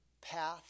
path